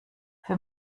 für